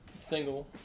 Single